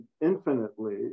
infinitely